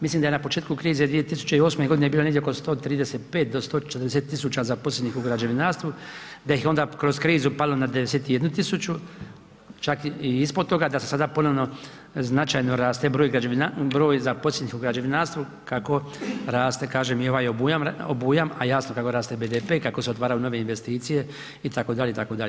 Mislim da je na početku krize 2008.g. bilo negdje oko 135 do 140 000 zaposlenih u građevinarstvu, da ih je onda kroz krizu palo na 91 000, čak i ispod toga, da se sada ponovno značajno raste broj zaposlenih u građevinarstvu kako raste, kažem, i ovaj obujam, a jasno kako raste i BDP i kako se otvaraju nove investicije itd., itd.